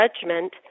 judgment